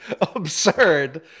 absurd